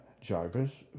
Jarvis